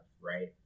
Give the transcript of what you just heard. right